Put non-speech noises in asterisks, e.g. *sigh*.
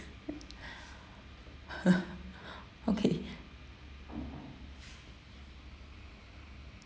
*laughs* okay